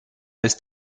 ist